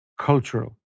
cultural